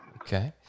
Okay